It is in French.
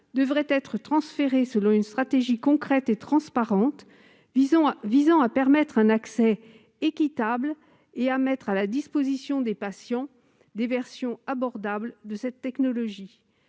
devrait être transférée selon une stratégie concrète et transparente, visant à permettre un accès équitable et à mettre à la disposition des patients des versions abordables de cette technologie.